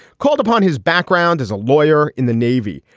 called upon his background as a lawyer in the navy.